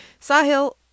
Sahil